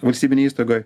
valstybinėj įstaigoj